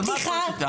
על את קוראת לי לסדר?